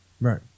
Right